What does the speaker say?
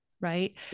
right